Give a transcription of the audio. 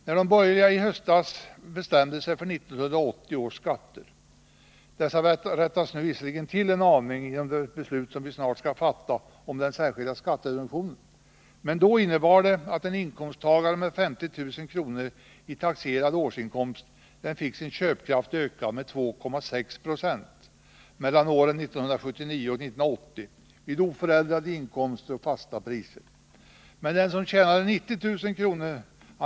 När de borgerliga i höstas bestämde sig för 1980 års skatter — dessa rättas visserligen till en aning genom det beslut som vi snart skall fatta om den särskilda skattereduktionen — innebar det att en inkomsttagare med 50 000 kr. i taxerad årsinkomst fick sin köpkraft ökad med 2,6 76 mellan åren 1979 och 1980 vid oförändrade inkomster och fasta priser, medan den som tjänade 90 000 kr.